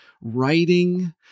writing